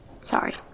Sorry